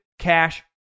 cash